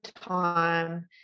time